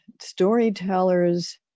Storytellers